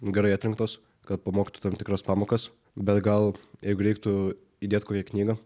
gerai atrinktos kad pamokytų tam tikras pamokas bet gal jeigu reiktų įdėt kokią knygą